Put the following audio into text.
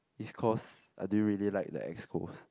it's cause I didn't really like they excos